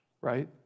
right